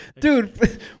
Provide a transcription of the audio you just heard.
dude